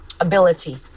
Ability